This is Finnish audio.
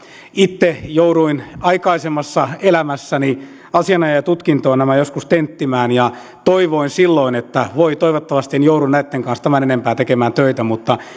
itse jouduin aikaisemmassa elämässäni asianajajatutkintoon nämä joskus tenttimään ja toivoin silloin että toivottavasti en joudu näitten kanssa tämän enempää tekemään töitä mutta